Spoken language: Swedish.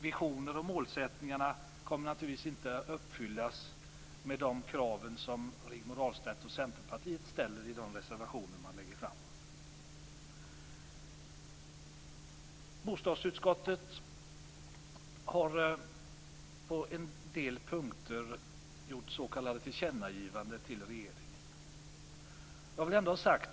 Visionerna och målsättningarna kommer naturligtvis inte att uppfyllas med de krav som Rigmor Ahlstedt och Centerpartiet ställer i sina reservationer. Bostadsutskottet har på en del punkter gjort s.k. tillkännagivanden till regeringen. Jag vill ha det sagt.